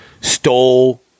stole